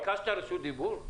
ביקשת רשות דיבור?